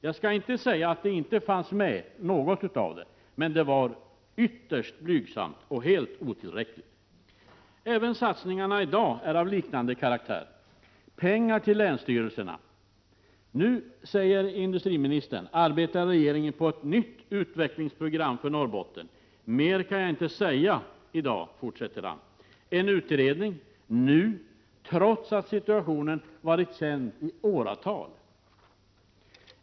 Jag skall inte säga att inte något av sådana insatser fanns med, men det var ytterst blygsamt och helt otillräckligt. Satsningarna i dag är av liknande karaktär. När det gäller pengar till länsstyrelserna säger industriministern att regeringen arbetar på ett nytt utvecklingsprogram för Norrbotten. Mer kan jag inte säga i dag, fortsätter han. Man har en utredning som arbetar nu, trots att situationen varit känd i åratal.